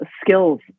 skills